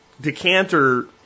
decanter